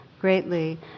greatly